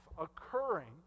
occurring